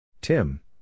Tim